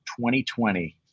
2020